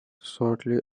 shortly